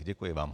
Děkuji vám.